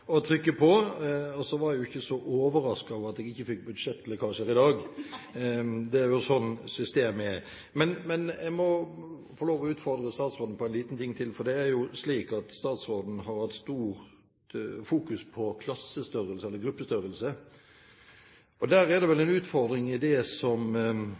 ikke fikk budsjettlekkasjer her i dag. Det er jo slik systemet er. Men jeg må få lov til å utfordre statsråden på en liten ting til, for det er jo slik at statsråden har fokusert mye på klassestørrelse eller gruppestørrelse. Der er det vel en utfordring i det som